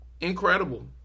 Incredible